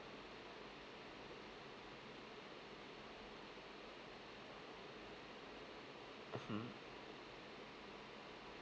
mmhmm